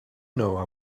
know